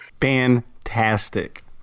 Fantastic